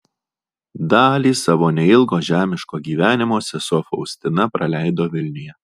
dalį savo neilgo žemiško gyvenimo sesuo faustina praleido vilniuje